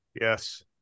Yes